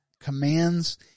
commands